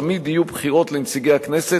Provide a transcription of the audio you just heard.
תמיד יהיו בחירות לנציגי הכנסת,